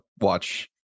watch